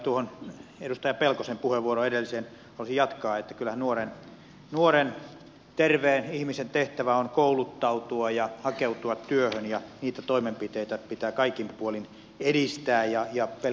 tuohon edelliseen edustaja pelkosen puheenvuoroon haluaisin jatkaa että kyllähän nuoren terveen ihmisen tehtävä on kouluttautua ja hakeutua työhön ja niitä toimenpiteitä pitää kaikin puolin edistää